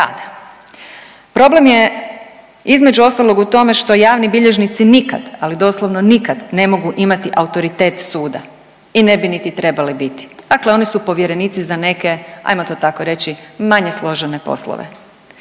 Problem je između ostalog u tome što javni bilježnici nikad, ali doslovno nikad ne mogu imati autoritet suda i ne bi niti trebali biti, dakle oni su povjerenici za neke ajmo to tako reći manje složene poslove.